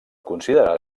considerar